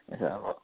यसो अब